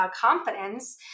confidence